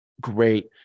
great